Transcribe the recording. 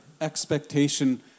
Expectation